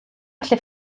gallu